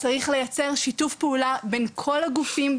וצריך לייצר שיתוף פעולה בין כל הגופים,